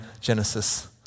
Genesis